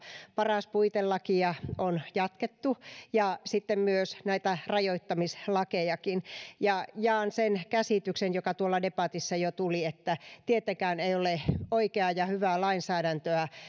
paras puitelakia ja myös näitä rajoittamislakejakin on jatkettu jaan sen käsityksen joka tuolla debatissa jo tuli että tietenkään ei ole oikeaa ja hyvää lainsäädäntöä